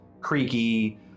creaky